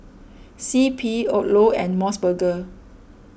C P Odlo and Mos Burger